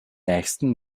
nächsten